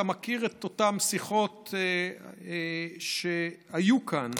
אתה מכיר את אותן שיחות שהיו כאן